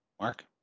mark